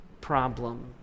problem